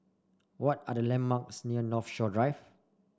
what are the landmarks near Northshore Drive